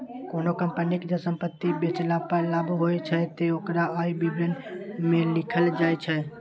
कोनों कंपनी कें जब संपत्ति बेचला पर लाभ होइ छै, ते ओकरा आय विवरण मे लिखल जाइ छै